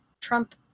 Trump